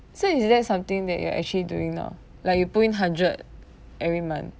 so is that something that you are actually doing now like you put in hundred every month